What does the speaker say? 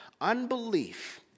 unbelief